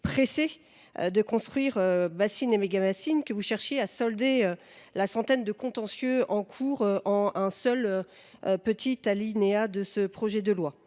pressés de construire bassines et mégabassines pour chercher ainsi à solder la centaine de contentieux en cours en un seul petit alinéa de ce projet de loi